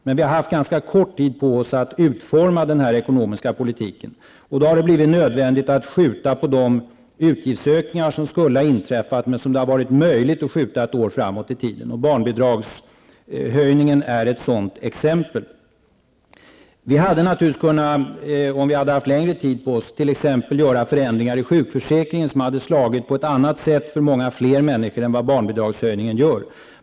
Men vi har haft ganska kort om tid på oss att utforma den här ekonomiska politiken, och det har därför blivit nödvändigt att skjuta på de utgiftsökningar som skulle ha inträffat men som det har varit möjligt att skjuta ett år framåt i tiden. Barnbidragshöjningen är ett sådant exempel. Vi hade naturligtvis -- om vi hade haft längre tid på oss -- t.ex. kunnat göra förändringar i sjukförsäkringen, vilket hade slagit på ett annat sätt för många fler människor än vad barnbidragshöjningen gör.